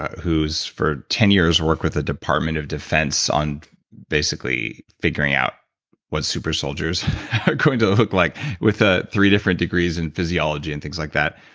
who's for ten years worked with the department of defense on basically figuring out what super soldiers are going to look like, with ah three different degrees in physiology and things like that.